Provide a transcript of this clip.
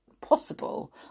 possible